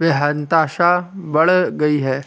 बेतहाशा बढ़ गयी है?